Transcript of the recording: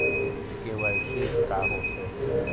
KYC का होथे?